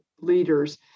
leaders